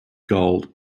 gold